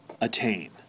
attain